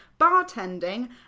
bartending